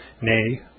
nay